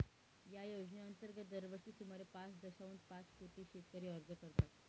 या योजनेअंतर्गत दरवर्षी सुमारे पाच दशांश पाच कोटी शेतकरी अर्ज करतात